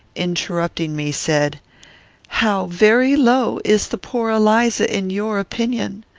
interrupting me, said how very low is the poor eliza in your opinion!